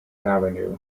avenue